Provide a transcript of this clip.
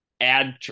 Add